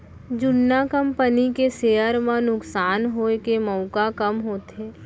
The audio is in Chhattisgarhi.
जुन्ना कंपनी के सेयर म नुकसान होए के मउका कम होथे